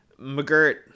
McGirt